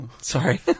Sorry